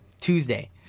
Tuesday